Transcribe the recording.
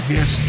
Yes